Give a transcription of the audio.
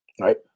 right